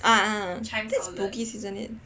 ah that is Bugis isn't it